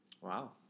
Wow